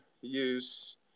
use